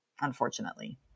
unfortunately